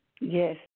Yes